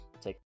Take